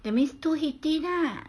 that means too heaty lah